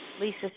Lisa